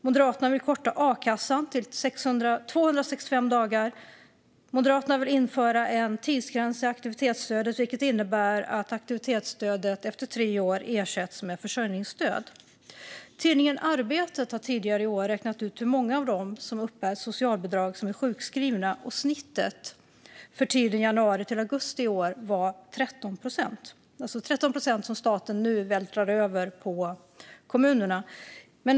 Moderaterna vill korta a-kassan till 265 dagar. Moderaterna vill införa en tidsgräns i aktivitetsstödet, vilket innebär att aktivitetsstödet efter tre år ersätts med försörjningsstöd. Tidningen Arbetet har tidigare i år räknat ut hur många av dem som uppbär socialbidrag som är sjukskrivna, och snittet för tiden mellan januari och augusti i år var 13 procent. Det är alltså 13 procent som staten nu vältrar över på kommunerna.